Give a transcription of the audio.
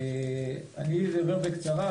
אני אדבר בקצרה,